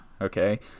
okay